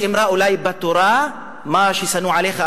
יש אמרה אולי בתורה: "מה ששנוא עליך,